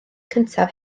cyntaf